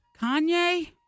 Kanye